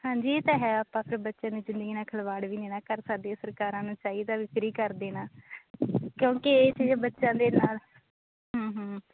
ਹਾਂਜੀ ਇਹ ਤਾਂ ਹੈ ਆਪਾਂ ਫਿਰ ਬੱਚਿਆਂ ਦੀ ਜ਼ਿੰਦਗੀ ਨਾਲ ਖਿਲਵਾੜ ਵੀ ਨਹੀਂ ਨਾ ਕਰ ਸਕਦੇ ਸਰਕਾਰਾਂ ਨੂੰ ਚਾਹੀਦਾ ਵੀ ਫਰੀ ਕਰ ਦੇਣਾ ਕਿਉਂਕਿ ਇਹ ਚੀਜ਼ ਬੱਚਿਆਂ ਦੇ ਨਾਲ